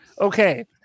Okay